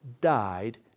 died